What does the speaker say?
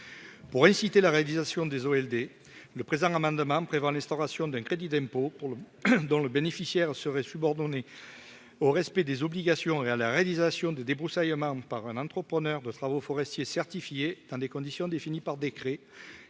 pour inciter la réalisation des ALD le présent amendement prévoit l'instauration d'un crédit d'impôt pour dans le bénéficiaire serait subordonnée au respect des obligations envers la réalisation de débroussaillement par un entrepreneur de travaux forestiers certifié dans des conditions définies par décret,